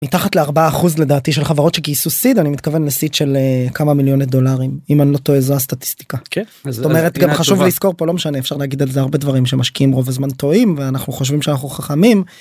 מתחת לארבע אחוז לדעתי של חברות שכיסו סיד אני מתכוון לסיד של כמה מיליוני דולרים, אם אני לא טועה זו הסטטיסטיקה. כיף. חשוב לזכור פה לא משנה אפשר להגיד את זה הרבה דברים שמשקיעים רוב הזמן טועים ואנחנו חושבים שאנחנו חכמים.